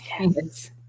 Yes